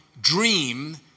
dream